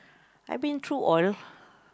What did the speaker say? I've been through all